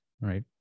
Right